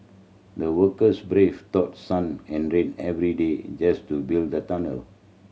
the workers braved sun and rain every day just to build the tunnel